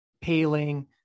Paling